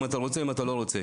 אם אתה רוצה או לא רוצה.